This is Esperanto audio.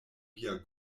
via